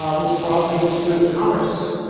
ah which broadly construed the commerce,